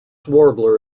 warbler